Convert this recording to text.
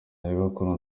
nyogokuru